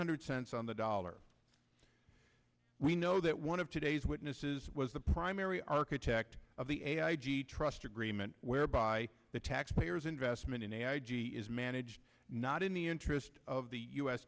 hundred cents on the dollar we know that one of today's witnesses was the primary architect of the trust agreement whereby the taxpayers investment in a edgy is managed not in the interest of the u